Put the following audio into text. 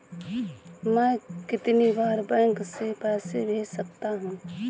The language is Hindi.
मैं कितनी बार बैंक से पैसे भेज सकता हूँ?